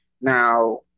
Now